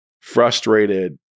frustrated